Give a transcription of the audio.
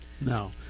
No